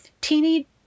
teeny